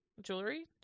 jewelry